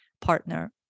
partner